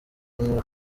nkuko